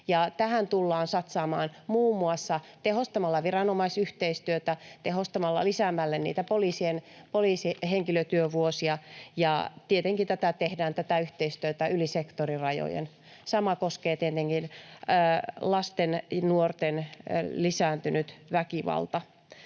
Tähän tullaan satsaamaan muun muassa tehostamalla viranomaisyhteistyötä, lisäämällä poliisin henkilötyövuosia, ja tietenkin tätä yhteistyötä tehdään yli sektorirajojen. Sama koskee tietenkin lasten ja nuorten lisääntynyttä väkivaltaa.